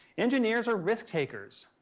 engineers are risk takers.